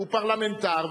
הוא פרלמנטר,